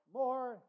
more